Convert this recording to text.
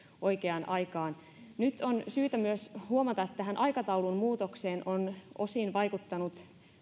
oikeaan aikaan nyt on syytä myös huomata että tähän aikataulumuutokseen on osin vaikuttanut